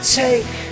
take